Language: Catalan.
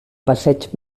passeig